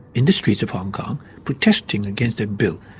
in the streets of hong kong, protesting against that bill,